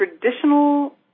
traditional